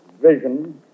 vision